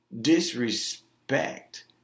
disrespect